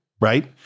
right